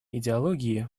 идеологии